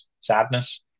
Sadness